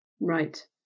Right